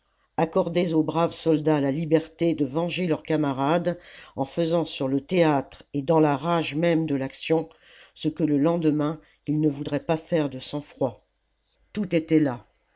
accordez aux braves soldats la liberté de venger leurs camarades en faisant sur le théâtre et dans la rage même de l'action ce que le lendemain ils ne voudraient pas faire de sang-froid tout était là